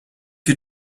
you